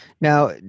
Now